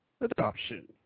Adoption